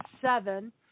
seven